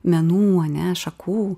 menų ane šakų